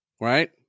right